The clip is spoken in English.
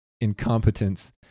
incompetence